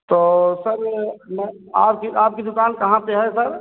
तो सर मैं आपकी आपकी दुकान कहाँ पर है सर